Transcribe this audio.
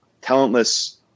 talentless